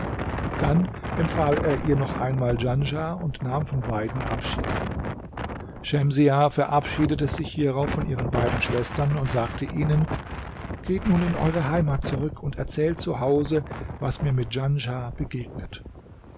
dann empfahl er ihr noch einmal djanschah und nahm von beiden abschied schemsiah verabschiedete sich hierauf von ihren beiden schwestern und sagte ihnen geht nun in eure heimat zurück und erzählt zu hause was mir mit djanschah begegnet